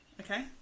Okay